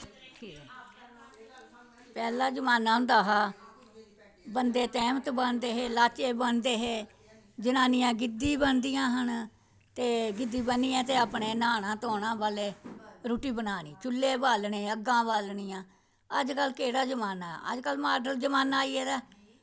पैह्लें जमाना होंदा हा बंदे तैहमद बनदे हे लाचै बनदे हे जनानियां गिद्धी बनदियां न ते गिद्धी बनियै अपने न्हाना धोना बडलै रुट्टी बनानी चुल्हे बालने अग्गां बालनियां अज कल्ल केह्ड़ा जमाना अजकल्ल मॉर्डन जमाना आई गेदा